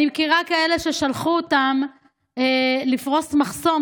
אני מכירה כאלה ששלחו אותם לפרוס מחסום,